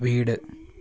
വീട്